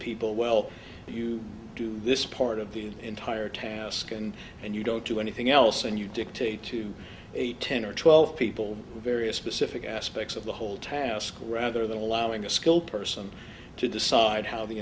people well you do this part of the entire task and and you don't do anything else and you dictate to eight ten or twelve people various specific aspects of the whole task rather than allowing a skilled person to decide how the